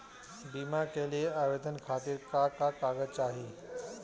बीमा के लिए आवेदन खातिर का का कागज चाहि?